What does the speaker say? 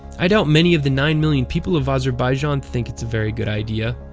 i doubt many of the nine million people of azerbaijan think it's a very good idea.